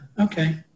Okay